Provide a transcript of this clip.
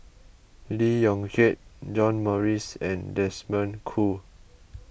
Lee Yong Kiat John Morrice and Desmond Kon